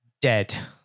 dead